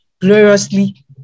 gloriously